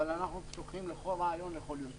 אבל אנחנו פתוחים לכל רעיון ולכל יוזמה.